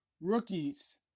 rookies